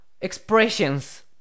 expressions